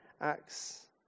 Acts